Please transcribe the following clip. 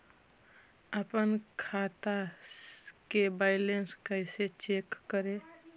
अपन खाता के बैलेंस कैसे चेक करे?